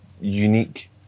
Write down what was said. unique